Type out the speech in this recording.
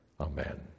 Amen